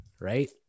right